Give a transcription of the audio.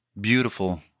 beautiful